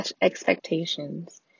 expectations